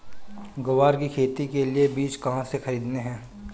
ग्वार की खेती के लिए बीज कहाँ से खरीदने हैं?